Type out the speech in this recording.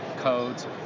codes